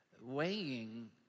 weighing